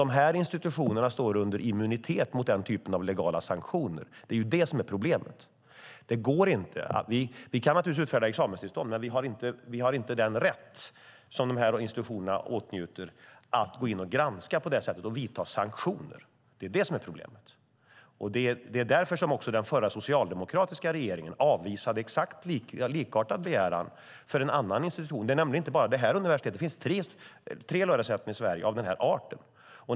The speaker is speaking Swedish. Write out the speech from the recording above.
Dessa institutioner står under immunitet mot den typen av legala sanktioner. Det är det som är problemet. Vi kan naturligtvis utfärda examenstillstånd, men vi har inte rätt, på grund av den immunitet som dessa institutioner åtnjuter, att gå in och granska på det sättet och vidta sanktioner. Det är problemet. Det är därför som den förra socialdemokratiska regeringen avvisade en likartad begäran från en annan institution. Det gäller nämligen inte endast WMU. Det finns tre lärosäten i Sverige av den arten.